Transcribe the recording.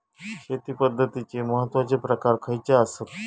शेती पद्धतीचे महत्वाचे प्रकार खयचे आसत?